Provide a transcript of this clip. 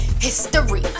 history